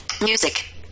Music